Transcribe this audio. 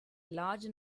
large